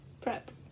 Prep